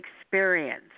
experience